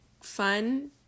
fun